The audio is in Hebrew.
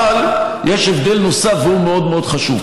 אבל יש הבדל נוסף, והוא מאוד מאוד חשוב.